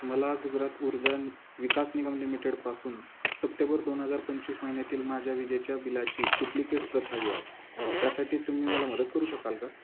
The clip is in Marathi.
मला गुजरात ऊर्जा विकास निगम लिमिटेडपासून सप्टेबर दोन हजार पंचवीस महिन्यातील माझ्या विजेच्या बिलाची डुप्लिकेट प्रत हवी आहे त्यासाठी तुम्ही मला मदत करू शकाल का